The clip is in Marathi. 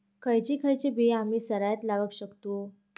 खयची खयची बिया आम्ही सरायत लावक शकतु?